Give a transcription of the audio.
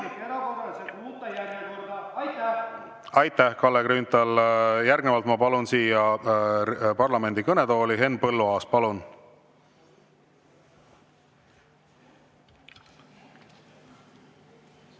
Aitäh! Aitäh, Kalle Grünthal! Järgnevalt ma palun siia parlamendi kõnetooli Henn Põlluaasa.